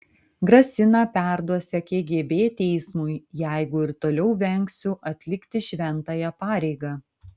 grasina perduosią kgb teismui jeigu ir toliau vengsiu atlikti šventąją pareigą